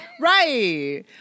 right